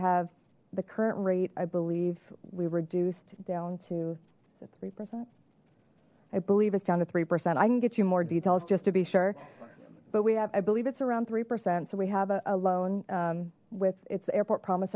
have the current rate i believe we reduced down to three percent i believe it's down to three percent i can get you more details just to be sure but we have i believe it's around three percent so we have a loan with its airport promis